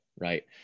right